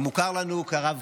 המוכר לנו כרב קוק.